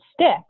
stick